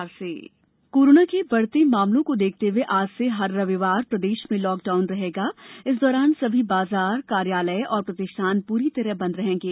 lockdown corona के बढ़ते मामलों को देखते हए आज से हर रविवार प्रदेश में लॉकडाउन रहेगा इस दौरान सभी बाजार कार्यालय और प्रातिष्ठान पूरी तरह बंद रहेंगे